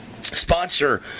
Sponsor